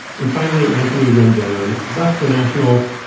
and finally, anthony rendon left the nationals.